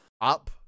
up